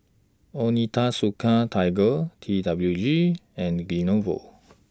Onitsuka Tiger T W G and Lenovo